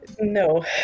No